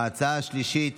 ההצעה השלישית,